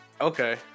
Okay